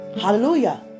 Hallelujah